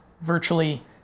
virtually